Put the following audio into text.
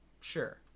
Sure